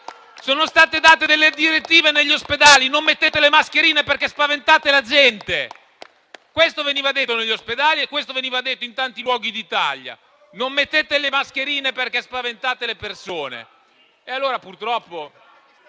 Sono state date delle direttive negli ospedali: non mettete le mascherine, perché spaventate la gente. Questo veniva detto negli ospedali e questo veniva detto in tanti luoghi d'Italia: non mettete le mascherine, perché spaventate le persone. *(Commenti)*.